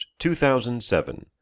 2007